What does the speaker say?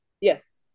Yes